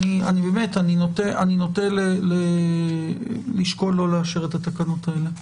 באמת, אני נוטה לשקול לא לאשר את התקנות האלה.